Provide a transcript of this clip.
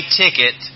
ticket